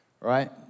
right